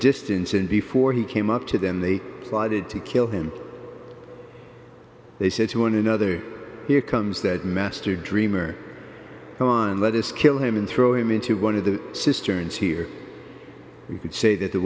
distance and before he came up to them they plotted to kill him they said to one another here comes that master dreamer go on let us kill him and throw him into one of the cisterns here we could say that the